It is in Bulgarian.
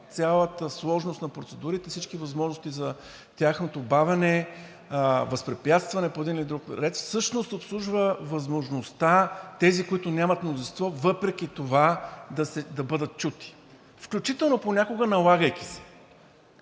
цялата сложност на процедурите, всички възможности за тяхното бавене, възпрепятстване по един или друг ред всъщност обслужва възможността тези, които нямат мнозинство, въпреки това да бъдат чути, включително понякога налагайки се